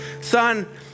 son